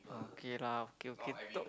okay lah okay okay talk